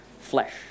flesh